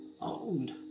owned